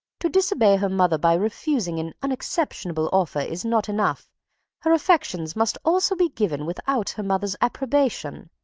to disobey her mother by refusing an unexceptionable offer is not enough her affections must also be given without her mother's approbation.